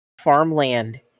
farmland